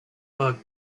work